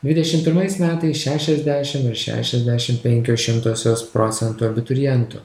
dvidešim pirmais metais šešiasdešim ir šešiasdešim penkios šimtosios procento abiturientų